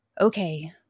okay